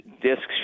discs